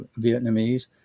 Vietnamese